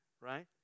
Right